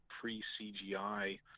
pre-CGI